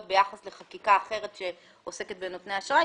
ביחס לחקיקה אחרת שעוסקת בנותני אשראי.